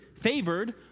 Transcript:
favored